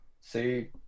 see